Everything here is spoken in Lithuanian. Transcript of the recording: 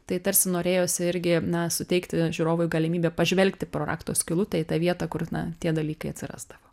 tai tarsi norėjosi irgi suteikti žiūrovui galimybę pažvelgti pro rakto skylutę į tą vietą kur na tie dalykai atsirasdavo